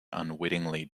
unwittingly